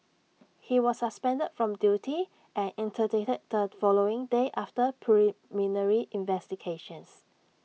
he was suspended from duty and interdicted the following day after preliminary investigations